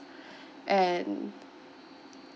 and